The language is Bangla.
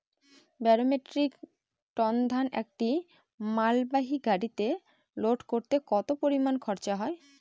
বারো মেট্রিক টন ধান একটি মালবাহী গাড়িতে লোড করতে কতো পরিমাণ খরচা হয়?